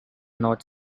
north